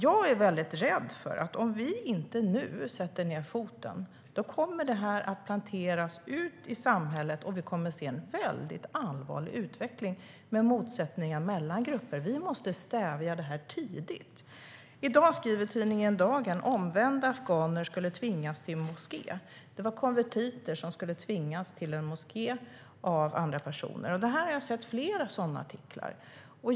Jag är mycket rädd för att om vi inte nu sätter ned foten kommer detta att planteras ut i samhället, och vi kommer att se en mycket allvarlig utveckling med motsättningar mellan grupper. Vi måste stävja detta tidigt. I dag skriver tidningen Dagen: Omvända afghaner skulle tvingas till moské. Det var konvertiter som skulle tvingas till en moské av andra personer. Jag har sett flera sådana artiklar.